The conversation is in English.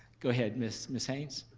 go ahead, miss miss haynes.